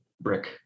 brick